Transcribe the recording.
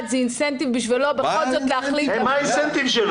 זה אינסנטיב בשבילו בכל זאת להחליט מה האינסנטיב שלו?